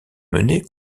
menés